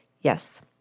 Yes